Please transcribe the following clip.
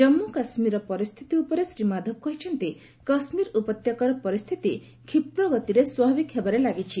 ଜାମ୍ମୁ କାଶ୍ମୀରର ପରିସ୍ଥିତି ଉପରେ ଶ୍ରୀ ମାଧବ କହିଛନ୍ତି କାଶ୍ମୀର ଉପତ୍ୟକାର ପରିସ୍ଥିତି କ୍ଷୀପ୍ରଗତିରେ ସ୍ୱାଭାବିକ ହେବାରେ ଲାଗିଛି